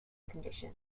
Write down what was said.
condition